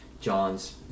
John's